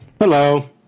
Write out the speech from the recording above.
Hello